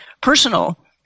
personal